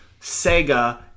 sega